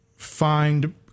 Find